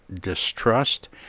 Distrust